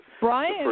Brian